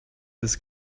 this